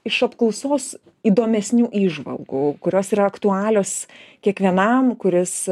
iš apklausos įdomesnių įžvalgų kurios yra aktualios kiekvienam kuris